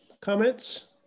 comments